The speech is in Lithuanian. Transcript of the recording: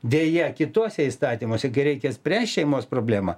deja kituose įstatymuose kai reikia spręst šeimos problemą